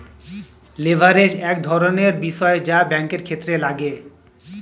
leverage এক ধরনের বিষয় যা ব্যাঙ্কের ক্ষেত্রে লাগে